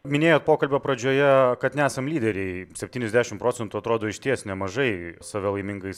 minėjot pokalbio pradžioje kad nesam lyderiai septyniasdešimt procentų atrodo išties nemažai save laimingais